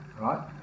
Right